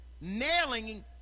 nailing